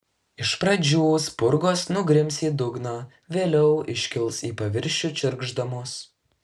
iš pradžių spurgos nugrims į dugną vėliau iškils į paviršių čirkšdamos